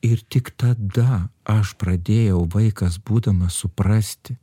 ir tik tada aš pradėjau vaikas būdamas suprasti